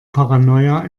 paranoia